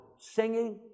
singing